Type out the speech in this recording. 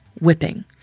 whipping